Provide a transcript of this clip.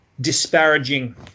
disparaging